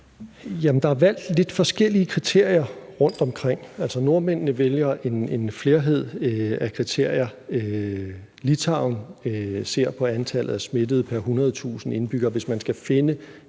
Der er valgt lidt forskellige kriterier rundtomkring. Nordmændene vælger en flerhed af kriterier, mens Litauen ser på antallet af smittede pr. 100.000 indbyggere. Hvis man skal finde